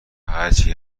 هرچی